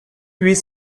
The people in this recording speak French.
huit